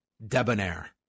debonair